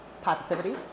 Positivity